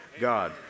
God